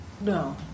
no